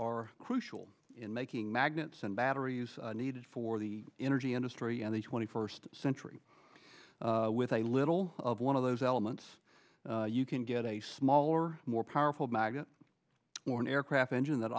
are crucial in making magnets and battery needed for the energy industry and the twenty first century with a little of one of those elements you can get a smaller more powerful magnet or an aircraft engine that